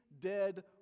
dead